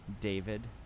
David